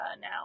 Now